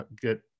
get